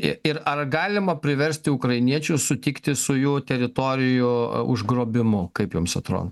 ir ar galima priversti ukrainiečius sutikti su jų teritorijų užgrobimu kaip jums atrodo